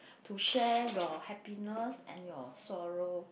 to share your happiness and your sorrow